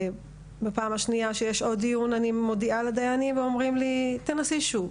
ובפעם השנייה כשיש עוד דיון אני מודיעה לדיינים ואומרים לי תנסי שוב,